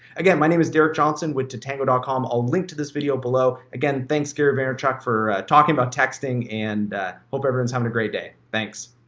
again, my name is derek johnson with tatango com. i'll link to this video below. again, thanks, gary vaynerchuk, for talking about texting, and hope everyone's having a great day. thanks.